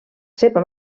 seva